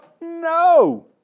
No